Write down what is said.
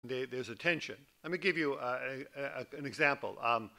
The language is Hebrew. there is a tension, Let me give you an example.